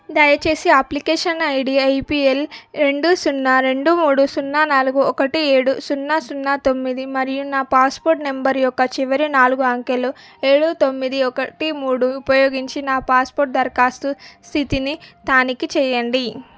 దయచేసి application ID IPL రెండు సున్నా రెండు మూడు సున్నా నాలుగు ఒకటి ఏడు సున్నా సున్నా తొమ్మిది మరియు నా పాస్పోర్ట్ నంబర్ యొక్క చివరి నాలుగు అంకెలు ఏడు తొమ్మిది ఒకటి మూడు ఉపయోగించి నా పాస్పోర్ట్ దరఖాస్తు స్థితిని తనిఖీ చేయండి